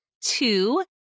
two